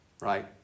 Right